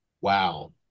Wow